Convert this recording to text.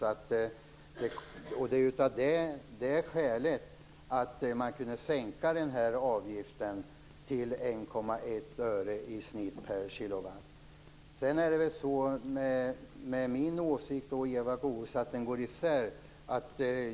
Detta är skälet till att man kunde sänka avgiften till i genomsnitt 1,1 öre per kilowattimme. Mina och Eva Goës åsikter går isär.